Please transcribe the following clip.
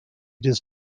does